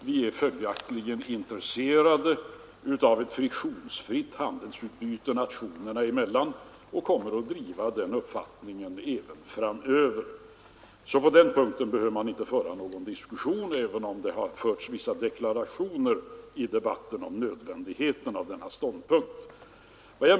Vi är följaktligen intresserade av ett friktionsfritt handelsutbyte nationerna emellan och kommer att driva den linjen även framöver. På den punkten behöver ingen ytterligare diskussion föras, även om vissa deklarationer avgivits om nödvändigheten av denna ståndpunkt.